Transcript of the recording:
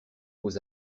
aux